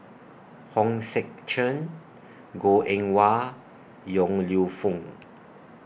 Hong Sek Chern Goh Eng Wah Yong Lew Foong